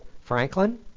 Franklin